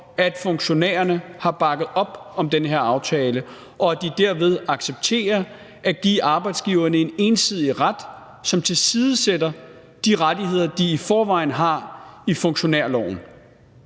at funktionærerne har bakket op om den her aftale, og at de derved accepterer at give arbejdsgiverne en ensidig ret, som tilsidesætter de rettigheder, som de i forvejen har i funktionærloven.